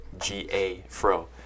G-A-Fro